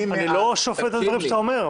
אני לא שופט את הדברים שאתה אומר,